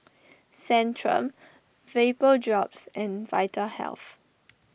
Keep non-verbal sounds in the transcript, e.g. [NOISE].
Centrum Vapodrops and Vitahealth [NOISE]